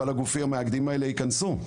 אבל הגופים המאגדים האלה ייכנסו,